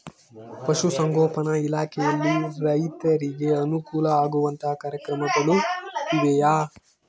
ಪಶುಸಂಗೋಪನಾ ಇಲಾಖೆಯಲ್ಲಿ ರೈತರಿಗೆ ಅನುಕೂಲ ಆಗುವಂತಹ ಕಾರ್ಯಕ್ರಮಗಳು ಇವೆಯಾ?